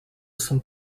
some